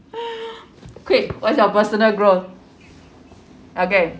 okay what's your personal growth okay